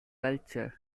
culture